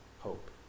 hope